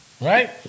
right